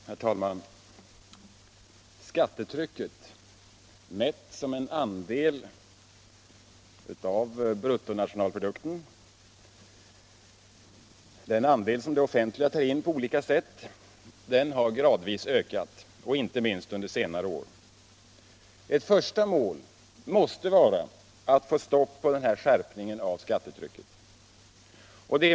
Herr talman! Skattetrycket mätt som den andel av bruttonationalprodukten som det offentliga tar in på olika sätt har gradvis ökat, inte minst under senare år. Ett första mål måste vara att få stopp på denna skärpning av skattetrycket.